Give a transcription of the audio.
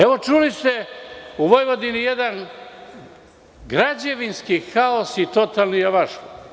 Evo, čuli ste, u Vojvodini je jedan građevinski haos i totalni javašluk.